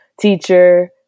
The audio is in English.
teacher